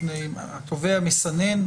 התובע מסנן?